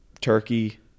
turkey